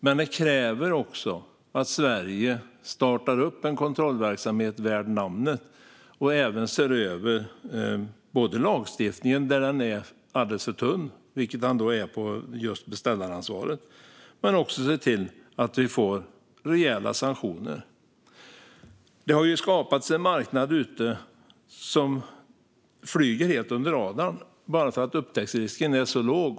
Men det krävs också att Sverige startar upp en kontrollverksamhet värd namnet, ser över lagstiftningen där den är alldeles för tunn, vilket den är just i fråga om beställaransvaret, och ser till att vi får rejäla sanktioner. Det har skapats en marknad som flyger helt under radarn bara därför att upptäcktsrisken är så låg.